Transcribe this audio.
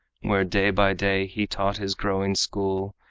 where day by day he taught his growing school,